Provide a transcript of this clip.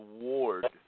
Ward